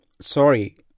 sorry